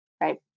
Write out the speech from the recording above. Right